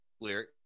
lyric